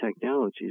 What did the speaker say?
technologies